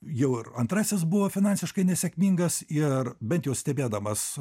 jau ir antrasis buvo finansiškai nesėkmingas ir bent jau stebėdamas